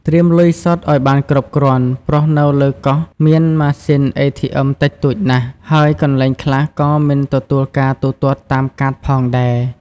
ត្រៀមលុយសុទ្ធ ឲ្យបានគ្រប់គ្រាន់ ព្រោះនៅលើកោះមានម៉ាស៊ីន អេធីអឹម តិចតួចណាស់ ហើយកន្លែងខ្លះក៏មិនទទួលការទូទាត់តាមកាតផងដែរ។